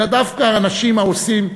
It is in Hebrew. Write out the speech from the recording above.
אלא דווקא האנשים העושים,